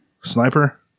Sniper